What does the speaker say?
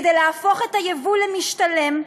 כדי להפוך את הייבוא למשתלם,